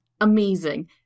amazing